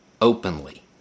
openly